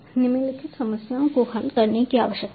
निम्नलिखित समस्याओं को हल करने की आवश्यकता है